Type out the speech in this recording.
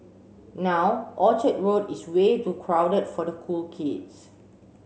now Orchard Road is way too crowded for the cool kids